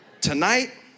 tonight